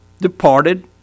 departed